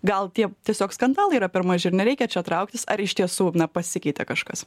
gal tie tiesiog skandalai yra per maži ir nereikia čia trauktis ar iš tiesų pasikeitė kažkas